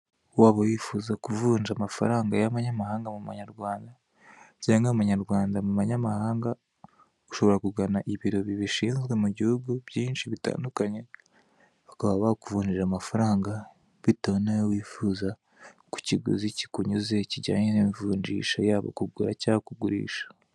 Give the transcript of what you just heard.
Waba wifuza kuvunja amafaranga y'abanyamahanga mu Manyarwanda cyangwa Amanyarwanda mu manyamahanga, ushobora kugana ibiro bibishinzwe mu gihugu byinshi bitandukanye, bakaba bakuvunjira amafaranga bitewe n'ayo wifuza ku kiguzi kikunyuze kijyanye n'imvunjisha, yaba kugura cyangwa kugurisha.